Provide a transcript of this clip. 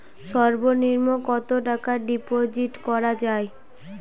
সর্ব নিম্ন কতটাকা ডিপোজিট করা য়ায়?